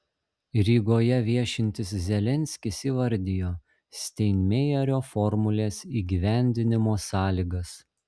rygoje viešintis zelenskis įvardijo steinmeierio formulės įgyvendinimo sąlygas